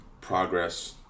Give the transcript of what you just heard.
progress